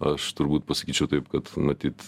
aš turbūt pasakyčiau taip kad matyt